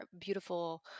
beautiful